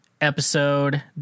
episode